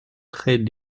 très